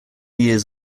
years